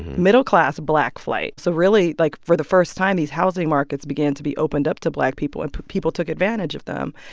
middle-class black flight so really, like, for the first time, these housing markets began to be opened up to black people, and people took advantage of them.